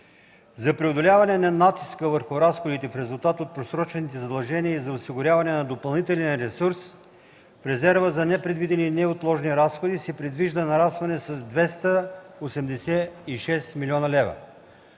За преодоляване на натиска върху разходите в резултат от просрочените задължения и за осигуряване на допълнителен ресурс в резерва за непредвидени и неотложни разходи се предвижда нарастване с 286 млн. лв.